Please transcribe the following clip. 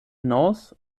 hinaus